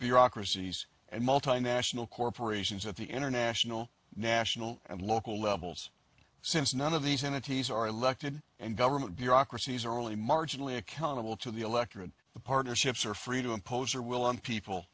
bureaucracies and multinational corporations at the international national and local levels since none of these entities are elected and government bureaucracies are only marginally accountable to the electorate the partnerships are free to impose their will on people